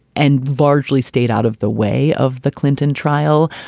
and largely stayed out of the way of the clinton trial.